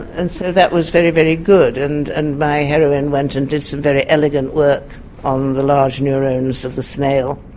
and so that was very, very good, and and my heroine when and did some very elegant work on the large neurons of the snail.